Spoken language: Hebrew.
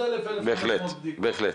ובכן,